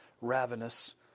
ravenous